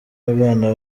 abana